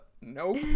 Nope